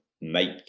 make